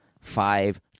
five